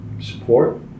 support